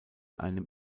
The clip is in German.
einem